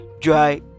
dry